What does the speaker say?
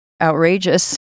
outrageous